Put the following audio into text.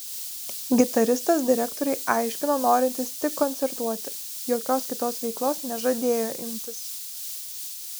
gitaristas direktoriui aiškino norintis tik koncertuoti jokios kitos veiklos nežadėjo imtis